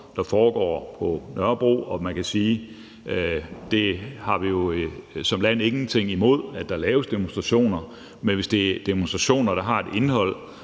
der foregår på Nørrebro. Man kan sige, at vi som land ingenting har imod, at der laves demonstrationer, men hvis det er demonstrationer, der har et indhold,